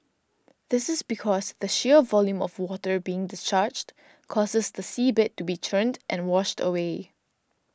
this is because the sheer volume of water being discharged causes the seabed to be churned and washed away